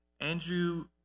Andrew